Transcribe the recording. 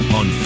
on